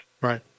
Right